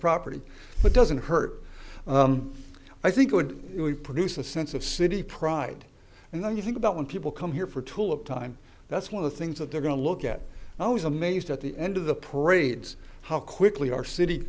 property but doesn't hurt i think would only produce a sense of city pride and when you think about when people come here for tulip time that's one of the things that they're going to look at i was amazed at the end of the parades how quickly our city